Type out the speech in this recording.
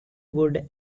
would